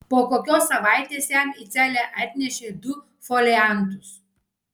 po kokios savaitės jam į celę atnešė du foliantus